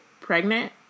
pregnant